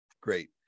Great